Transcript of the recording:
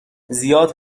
زیاد